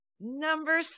number